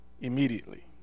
immediately